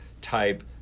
type